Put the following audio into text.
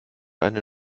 eine